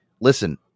Listen